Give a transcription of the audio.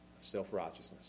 self-righteousness